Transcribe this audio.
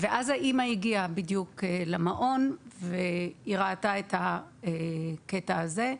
האם הגיעה למעון וראתה את הקטע הזה,